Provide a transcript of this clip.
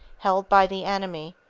held by the enemy,